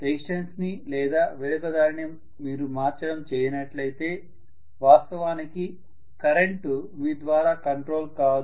resistance ని లేదా వేరొక దానిని మీరు మార్చడం చేయనట్లయితే వాస్తవానికి కరెంటు మీ ద్వారా కంట్రోల్ కాదు